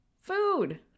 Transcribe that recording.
Food